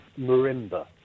Marimba